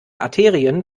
arterien